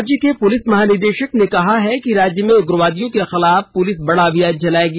राज्य के पुलिस महानिदेशक ने कहा है कि राज्य में उग्रवादियों के खिलाफ पुलिस बड़ा अभियान चलाएगी